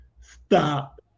stop